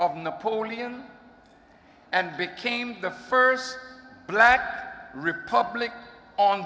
of napoleon and became the first black republic on